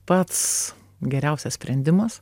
pats geriausias sprendimas